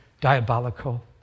diabolical